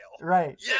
Right